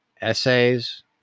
essays